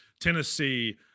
Tennessee –